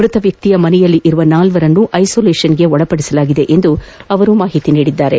ಮೃತ ವ್ಯಕ್ತಿಯ ಮನೆಯಲ್ಲಿರುವ ನಾಲ್ತರನ್ನು ಐಸೋಲೇಷನ್ಗೆ ಒಳಪಡಿಸಲಾಗಿದೆ ಎಂದು ಅವರು ಮಾಹಿತಿ ನೀಡಿದ್ದಾರೆ